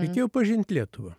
reikėjo pažint lietuvą